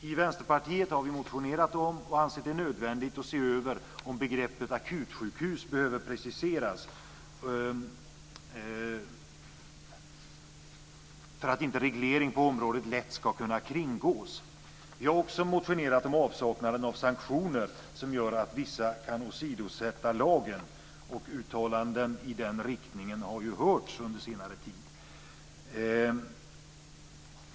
I Vänsterpartiet har vi motionerat om och ansett det nödvändigt att man ska se över om begreppet akutsjukhus behöver preciseras för att inte reglering på området lätt ska kunna kringgås. Vi har också motionerat om avsaknaden av sanktioner som gör att vissa kan åsidosätta lagen. Och uttalanden i den riktningen har ju hörts under senare tid.